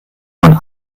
von